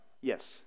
Yes